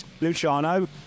Luciano